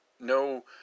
no